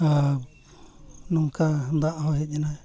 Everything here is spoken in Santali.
ᱟᱨ ᱱᱚᱝᱠᱟ ᱫᱟᱜ ᱦᱚᱸ ᱦᱮᱡ ᱮᱱᱟ